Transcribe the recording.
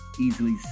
easily